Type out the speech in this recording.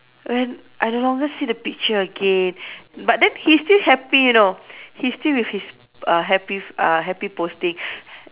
when I no longer see the picture again but then he is still happy you know he's still with his uh happy f~ uh happy posting